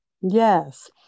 yes